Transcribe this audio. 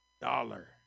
dollar